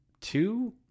two